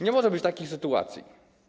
Nie może być takich sytuacji.